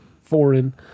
foreign